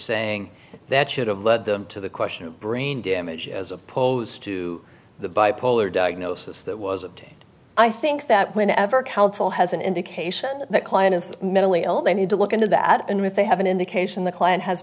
saying that should have led them to the question of brain damage as opposed to the bipolar diagnosis that was obtained i think that whenever counsel has an indication that the client is mentally ill they need to look into that and if they have an indication the client has